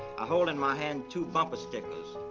i hold in my hand two bumper stickers.